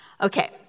Okay